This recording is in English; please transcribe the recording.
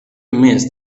miss